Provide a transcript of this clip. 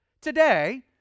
Today